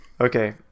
Okay